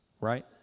Right